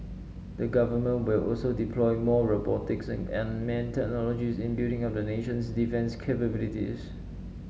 the Government will also deploy more robotics and unmanned technologies in building up the nation's defence capabilities